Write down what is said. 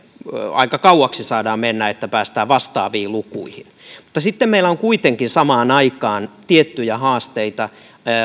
aika kauaksi taidetaan saada mennä että päästään vastaaviin lukuihin mutta sitten meillä on kuitenkin samaan aikaan tiettyjä haasteita